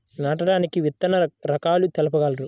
నాటడానికి విత్తన రకాలు తెలుపగలరు?